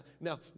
now